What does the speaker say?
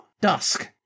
dusk